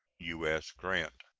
u s. grant.